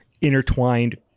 intertwined